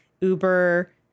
Uber